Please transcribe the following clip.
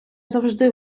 завжди